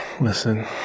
Listen